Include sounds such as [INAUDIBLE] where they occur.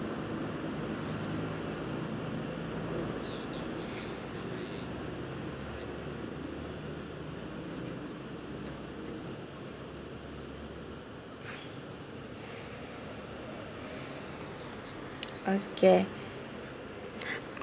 okay [BREATH]